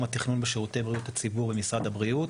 התכנון בשירותי בריאות הציבור במשרד הבריאות,